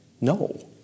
no